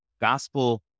gospel